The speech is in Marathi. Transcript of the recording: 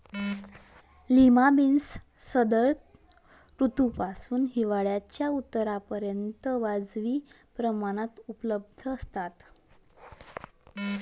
लिमा बीन्स शरद ऋतूपासून हिवाळ्याच्या उत्तरार्धापर्यंत वाजवी प्रमाणात उपलब्ध असतात